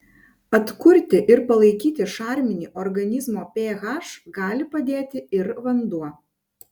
atkurti ir palaikyti šarminį organizmo ph gali padėti ir vanduo